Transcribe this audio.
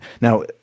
Now